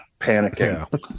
panicking